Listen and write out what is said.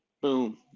boom